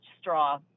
straw